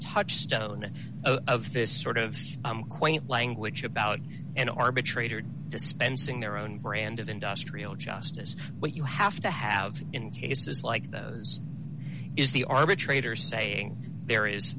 touchstone of this sort of quaint language about an arbitrator dispensing their own brand of industrial justice what you have to have in cases like this is the arbitrator saying there is